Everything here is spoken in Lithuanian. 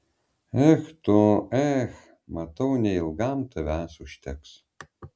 ech tu ech matau neilgam tavęs užteks